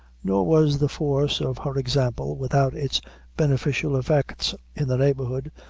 nor was the force of her example without its beneficial effects in the neighborhood,